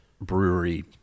brewery